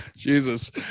jesus